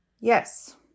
Yes